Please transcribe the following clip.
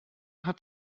hat